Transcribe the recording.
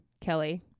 Kelly